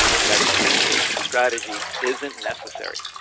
and that communication strategy isn't necessary?